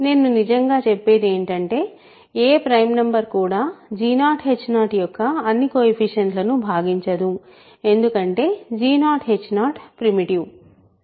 నేను నిజంగా చెప్పేది ఏమిటంటే ఏ ప్రైమ్ నంబర్ కూడా g0h0 యొక్క అన్ని కొయెఫిషియంట్ లను భాగించదు ఎందుకంటే g0h0 ప్రిమిటివ్